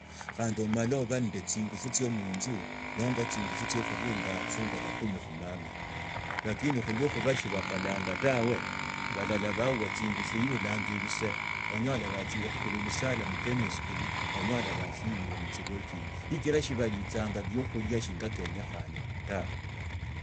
Khandi omala oba ne tsinguru tsie munzu. nomba tsingufu tsiokhurungu fungu la kumi khumama. lakini khulw khuba smbakholanga tawe, balala bauwa tsingufu lulanga bisee onyola bahtsire khukula misala mukemestry nonyahola barwirira mulsilajini sibalitsanga biokhulia shinga kaanyekhane tawe.